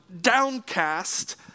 downcast